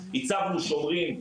היצבנו שומרים,